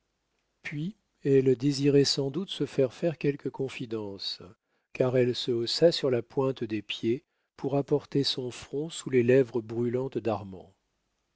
puis elle désirait sans doute se faire faire quelque confidence car elle se haussa sur la pointe des pieds pour apporter son front sous les lèvres brûlantes d'armand